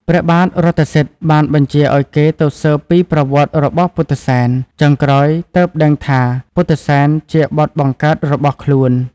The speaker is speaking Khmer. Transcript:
ព្រះបាទរថសិទ្ធិបានបញ្ជាឲ្យគេទៅស៊ើបពីប្រវត្តិរបស់ពុទ្ធិសែន ចុងក្រោយទើបដឹងថាពុទ្ធិសែនជាបុត្របង្កើតរបស់ខ្លួន។